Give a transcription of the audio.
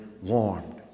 warmed